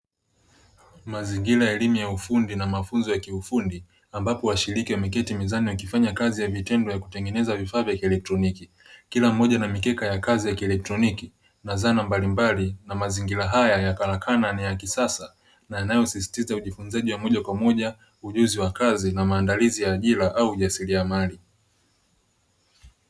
Mazingira ya elimu ya ufundi na mafunzo ya kiufundi ambapo washiriki wameketi mezani, wakifanya kazi ya vitendo ya kutengeneza vifaa vya kielectroniki, kila mmoja ana mikeka ya kazi ya kielectroniki na zana mbalimbali na mazingira haya ya karakana ni ya kisasa na yanayosisitiza ujifunzaji wa mmoja kwa mmoja, ujuzi wa kazi na maandalizi ya ajira au ujasiliamari.